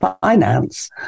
finance